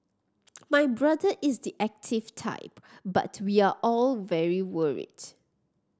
my brother is the active type but we are all very worried